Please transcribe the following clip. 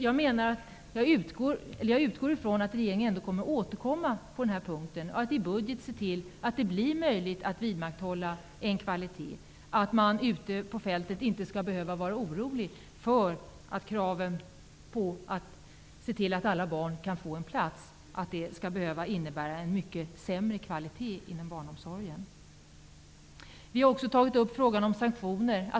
Jag utgår från att regeringen återkommer på den här punkten och i budgeten ser till att det blir möjligt att vidmakthålla en kvalitet, så att man ute på fältet inte behöver vara orolig för att alla barn inte får plats och för att kvaliteten inom barnomsorgen därmed blir mycket sämre. Vi har också tagit upp frågan om sanktioner.